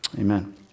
Amen